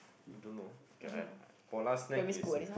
you don't know okay I I Polar snack is